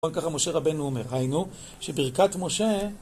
ככה משה רבנו אומר, היינו, שברכת משה